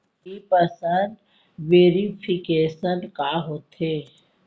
In person verification का होथे?